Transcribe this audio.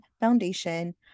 Foundation